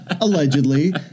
allegedly